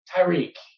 Tyreek